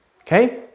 Okay